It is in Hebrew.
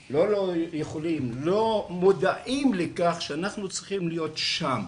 לא מודעים לכך שאנחנו צריכים להיות שם,